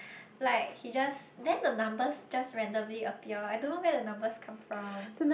like he just then the numbers just randomly appear I don't know where the numbers come from